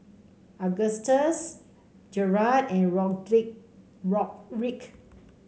Augustus Gerhardt and Rodrick